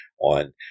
on